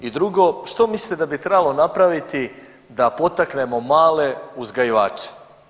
I drugo što mislite da bi trebalo napraviti da potaknemo male uzgajivače.